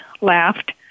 laughed